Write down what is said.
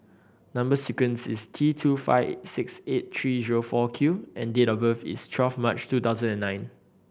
number sequence is T two five six eight three zero four Q and date of birth is twelve March two thousand and nine